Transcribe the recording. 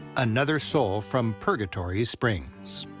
another soul from purgatory springs.